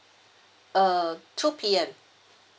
uh two P_M